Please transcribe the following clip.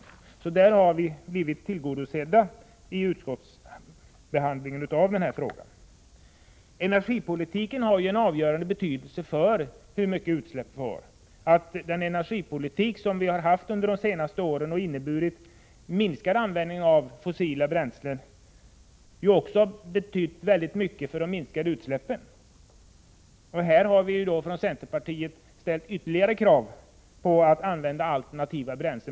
På den punkten har vi blivit tillgodosedda vid utskottsbehandlingen av frågan. Energipolitiken har en avgörande betydelse för hur mycket utsläpp vi får. Den energipolitik som förts under de senaste åren har inneburit en minskad användning av fossila bränslen, vilket betytt väldigt mycket för att minska utsläppen. Här har vi från centerpartiet ställt ytterligare krav på att använda alternativa bränslen.